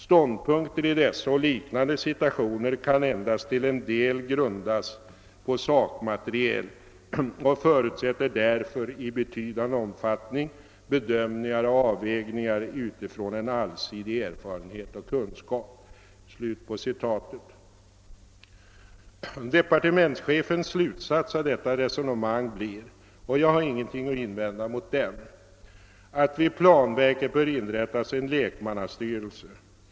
Ståndpunkter i dessa och liknande situationer kan endast till en del grundas på sakmaterial och förutsätter därför i betydande omfattning bedömningar och avvägningar utifrån en allsidig erfarenhet och kunskap.» Departementschefens slutsats av detta resonemang blir — och jag har ingenting att invända mot den — att vid planverket bör inrättas en lekmannastyrelse.